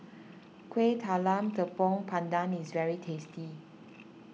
Kuih Talam Tepong Pandan is very tasty